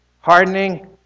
hardening